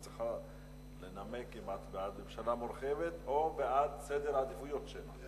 את צריכה לנמק אם את בעד ממשלה מורחבת או בעד סדר העדיפויות שלה.